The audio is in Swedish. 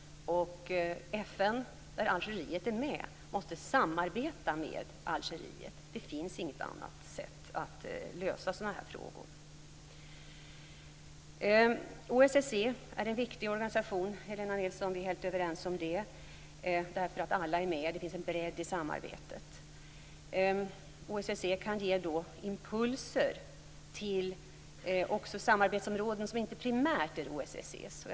FN, där Algeriet är med, måste samarbeta med Algeriet. Det finns inget annat sätt att lösa sådana här frågor. OSSE är en viktig organisation, Helena Nilsson. Vi är helt överens om det. Alla är med. Det finns en bredd i samarbetet. OSSE kan också ge impulser till samarbetsområden som inte primärt är OSSE:s.